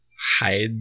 Hide